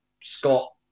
Scott